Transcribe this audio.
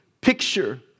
picture